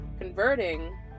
converting